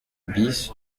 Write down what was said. bis